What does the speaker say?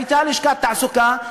הייתה לשכת תעסוקה,